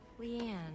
Leanne